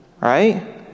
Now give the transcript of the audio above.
right